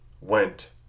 went